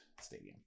Stadium